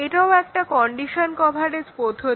এটাও একটা condition coverage পদ্ধতি